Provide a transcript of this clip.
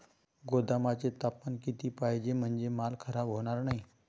गोदामाचे तापमान किती पाहिजे? म्हणजे माल खराब होणार नाही?